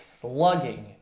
slugging